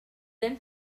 then